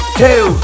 two